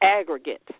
aggregate